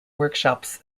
workshops